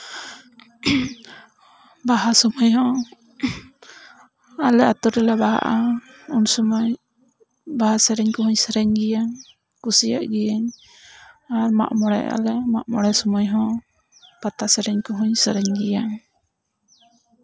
ᱵᱟᱦᱟ ᱥᱚᱢᱚᱭ ᱦᱚᱸ ᱟᱞᱮ ᱟᱛᱳ ᱨᱮᱞᱮ ᱵᱟᱦᱟᱜᱼᱟ ᱩᱱ ᱥᱚᱢᱚᱭ ᱵᱟᱦᱟ ᱥᱮᱨᱮᱧ ᱠᱚᱦᱚᱧ ᱥᱮᱨᱮᱧ ᱜᱮᱭᱟ ᱠᱩᱥᱤᱭᱟᱜ ᱜᱮᱭᱟᱧ ᱢᱟᱜ ᱢᱚᱬᱮ ᱥᱚᱢᱚᱭ ᱦᱚᱸ ᱯᱟᱛᱟ ᱥᱮᱨᱮᱧ ᱠᱚᱦᱚᱧ ᱥᱮᱨᱮᱧ ᱜᱮᱭᱟ